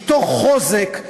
מתוך חוזק,